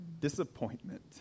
Disappointment